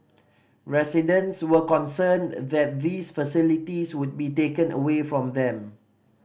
residents were concerned that these facilities would be taken away from them